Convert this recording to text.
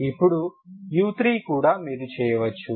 ఇప్పుడు u3కూడా మీరు చేయవచ్చు